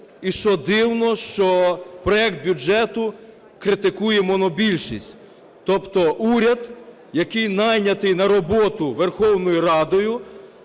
і що дивно, що проект бюджету критикує монобільшість. Тобто уряд, який найнятий на роботу Верховною Радою,